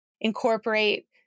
incorporate